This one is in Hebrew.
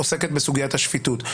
עוסקת בסוגיית השפיטות.